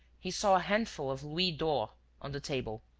he saw a handful of louis d'or on the table,